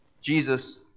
Jesus